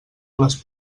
les